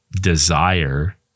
desire